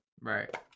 right